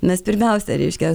mes pirmiausia reiškias